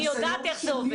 אני יודעת איך זה עובד.